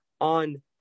on